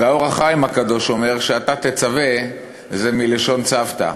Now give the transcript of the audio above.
"אור החיים" הקדוש אומר ש"אתה תצווה" זה מלשון "צוותא".